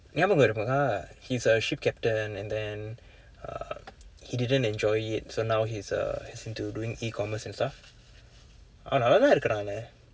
ஞாபகம் இருக்கா:nyaapakam irukkaa he's a ship captain and then uh he didn't enjoy it so now he's uh he's into doing e-commerce and stuff அவன் நல்லா தான் இருக்குறான்:avan nallaa thaan irukkuraan leh